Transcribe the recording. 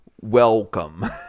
welcome